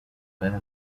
pelo